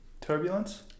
Turbulence